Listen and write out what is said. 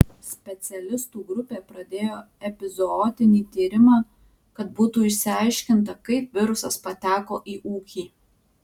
specialistų grupė pradėjo epizootinį tyrimą kad būtų išsiaiškinta kaip virusas pateko į ūkį